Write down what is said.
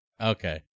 Okay